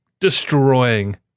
destroying